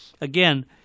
again